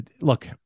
look